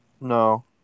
No